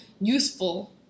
useful